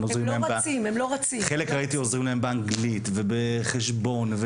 חלק עוזרים להם באנגלית ובחשבון,